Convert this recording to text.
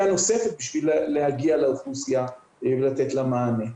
נוספת כדי להגיע לאוכלוסייה ולתת לה מענה.